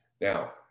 Now